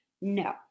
No